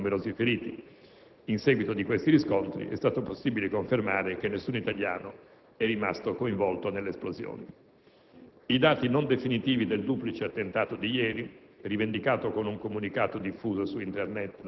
entrambe situate in due quartieri residenziali in cui hanno sede rappresentanze diplomatiche e società straniere. Non appena appreso del duplice attentato, l'Unità di crisi del Ministero degli affari esteri, in collegamento con l'Ambasciata ad Algeri,